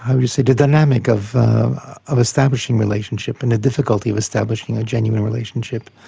i would say the dynamic of of establishing relationship, and the difficulty of establishing a genuine relationship.